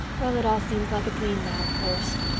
well, it all seems like a dream now, of course.